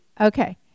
Okay